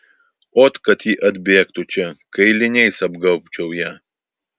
ot kad ji atbėgtų čia kailiniais apgaubčiau ją